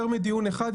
יותר מדיון אחד,